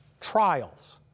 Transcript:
trials